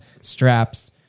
straps